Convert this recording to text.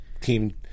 Team